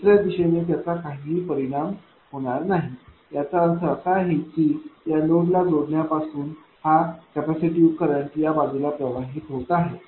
दुसऱ्या दिशेने त्याचा काहीही परिणाम होणार नाही याचा अर्थ असा आहे की या नोडला जोडण्यापासून हा कॅपेसिटिव करंट या बाजूला प्रवाहीत होत आहे